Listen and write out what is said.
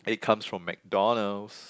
it comes from McDonald's